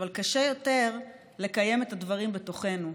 אבל קשה יותר לקיים את הדברים בתוכנו.